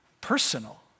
personal